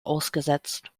ausgesetzt